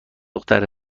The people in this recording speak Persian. دختر